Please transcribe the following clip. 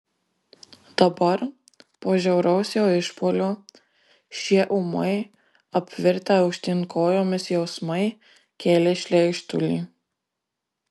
dabar po žiauraus jo išpuolio šie ūmai apvirtę aukštyn kojomis jausmai kėlė šleikštulį